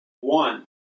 one